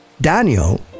Daniel